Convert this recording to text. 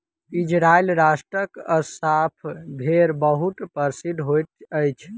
Israel राष्ट्रक Assaf भेड़ बहुत प्रसिद्ध होइत अछि